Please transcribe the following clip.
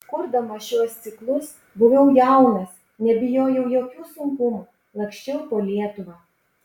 kurdamas šiuos ciklus buvau jaunas nebijojau jokių sunkumų laksčiau po lietuvą